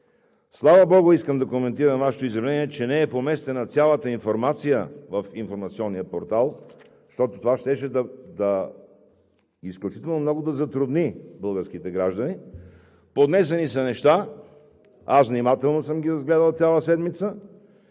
Слава богу, искам да коментирам Вашето изявление, че не е поместена цялата информация в информационния портал, защото това щеше изключително много да затрудни българските граждани, поднесени са неща, аз внимателно съм ги разгледал цяла седмица,